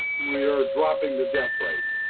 we are dropping the death rate.